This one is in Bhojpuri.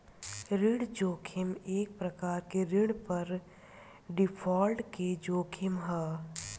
ऋण जोखिम एक प्रकार के ऋण पर डिफॉल्ट के जोखिम ह